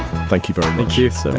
thank you very much keith